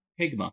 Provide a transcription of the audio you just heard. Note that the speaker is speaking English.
Pigma